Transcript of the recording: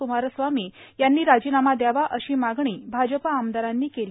क्मारस्वामी यांनी राजीनामा यावा अशी मागणी भाजप आमदारांनी केली